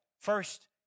first